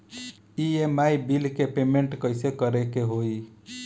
EMI bill के payment कइसे करे के होई?